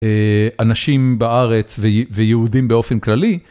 אנשים בארץ ויהודים באופן כללי.